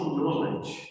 knowledge